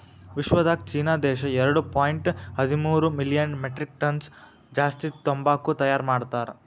ವಿಶ್ವದಾಗ್ ಚೀನಾ ದೇಶ ಎರಡು ಪಾಯಿಂಟ್ ಹದಿಮೂರು ಮಿಲಿಯನ್ ಮೆಟ್ರಿಕ್ ಟನ್ಸ್ ಜಾಸ್ತಿ ತಂಬಾಕು ತೈಯಾರ್ ಮಾಡ್ತಾರ್